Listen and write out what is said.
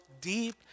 deep